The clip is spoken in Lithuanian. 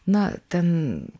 na ten